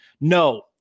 no